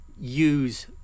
use